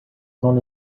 dans